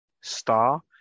star